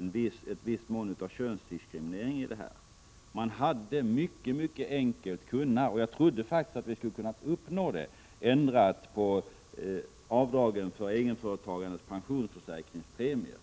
i viss mån en könsdiskriminering i detta. Man hade mycket enkelt kunnat ändra på avdragsbestämmelserna för egenföretagarnas pensionsförsäkringspremier; jag trodde faktiskt att vi skulle ha kunnat uppnå det.